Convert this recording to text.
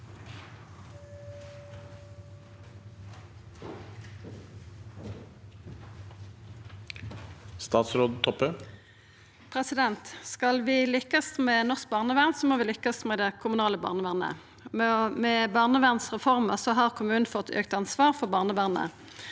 Statsråd Kjersti Toppe Skal vi lukkast med norsk barnevern, må vi lukkast med det kommunale barnevernet. Med barnevernsreforma har kommunen fått økt ansvar for barnevernet.